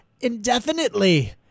indefinitely